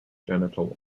genital